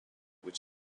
which